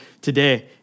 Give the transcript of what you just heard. today